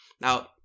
Now